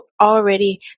already